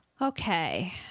Okay